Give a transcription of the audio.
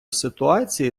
ситуації